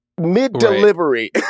mid-delivery